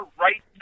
right